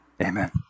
Amen